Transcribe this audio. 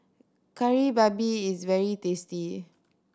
Kari Babi is very tasty